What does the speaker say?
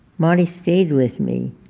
marty stayed with me.